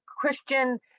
Christian